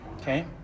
okay